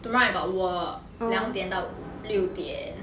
tomorrow I got work 两点到六点